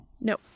No